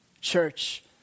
Church